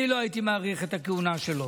אני לא הייתי מאריך את הכהונה שלו.